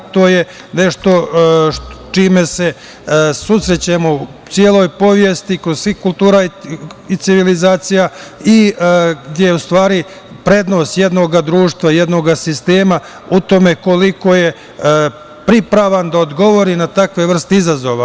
To je nešto sa čime se susrećemo u celoj istoriji kod svih kultura i civilizacija i gde je, u stvari, prednost jednog društva, jednog sistema u tome koliko je pripravan da odgovori na takve vrste izazova.